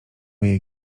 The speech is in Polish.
jej